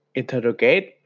interrogate